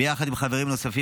ביחד עם חברים נוספים.